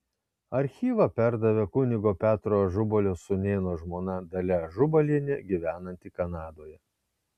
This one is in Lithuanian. archyvą perdavė kunigo petro ažubalio sūnėno žmona dalia ažubalienė gyvenanti kanadoje